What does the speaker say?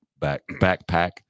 backpack